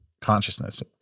consciousness